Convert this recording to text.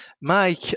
Mike